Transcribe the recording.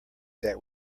that